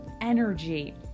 energy